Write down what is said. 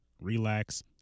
relax